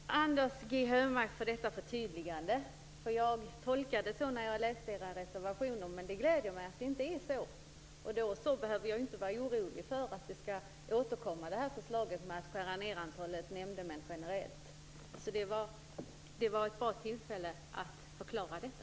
Fru talman! Jag tackar Anders G Högmark för detta förtydligande. Jag gjorde min tolkning när jag läste era reservationer. Men det gläder mig att det inte är på det sättet. Då behöver jag inte var orolig för att förslaget om att man generellt skall minska antalet nämndemän återkommer. Det var ett bra tillfälle att förklara detta.